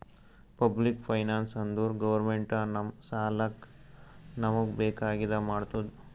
public finance ಅಂದುರ್ government ನಮ್ ಸಲ್ಯಾಕ್ ನಮೂಗ್ ಬೇಕ್ ಆಗಿದ ಮಾಡ್ತುದ್